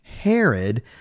Herod